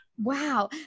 Wow